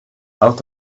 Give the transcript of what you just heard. out